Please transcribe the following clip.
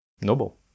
Noble